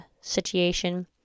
situation